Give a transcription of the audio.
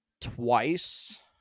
twice